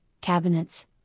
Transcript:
cabinets